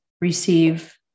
receive